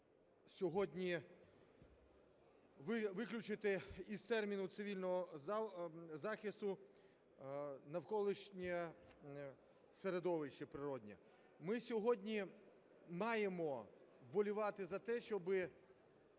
сьогодні виключити з терміну "цивільний захист" навколишнє середовище природнє. Ми сьогодні маємо вболівати за те, щоб